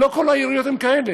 לא כל העיריות הן כאלה.